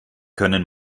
können